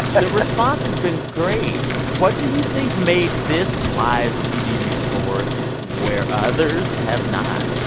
the response has been great. what do you think made this live tv musical work where others have not?